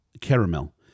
caramel